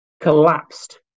collapsed